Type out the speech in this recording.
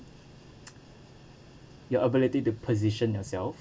your ability to position yourself